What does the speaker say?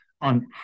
on